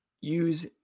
use